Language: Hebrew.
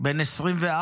בן 24,